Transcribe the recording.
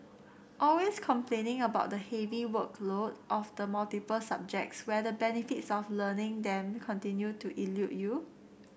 always complaining about the heavy workload of the multiple subjects where the benefits of learning them continue to elude you